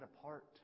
apart